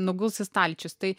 nuguls į stalčius tai